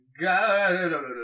God